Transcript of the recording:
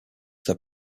their